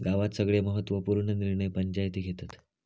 गावात सगळे महत्त्व पूर्ण निर्णय पंचायती घेतत